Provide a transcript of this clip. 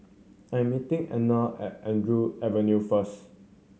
I am meeting Erna at Andrews Avenue first